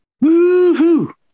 Woo-hoo